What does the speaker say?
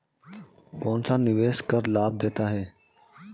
कौनसा निवेश कर लाभ देता है?